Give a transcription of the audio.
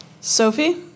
Sophie